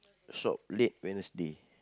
shop late Wednesday